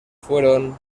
fueron